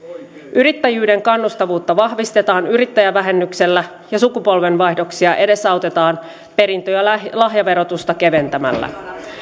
yrittäjyyden kannustavuutta vahvistetaan yrittäjävähennyksellä ja sukupolvenvaihdoksia edesautetaan perintö ja lahjaverotusta keventämällä